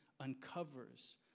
uncovers